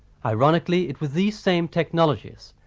ironically it was these same technologies,